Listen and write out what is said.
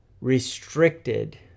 restricted